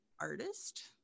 artist